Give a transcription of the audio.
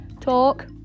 talk